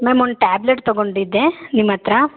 ma'am ಒಂದು tablet ತಗೊಂಡಿದ್ದೆ ನಿಮ್ಮ ಹತ್ರ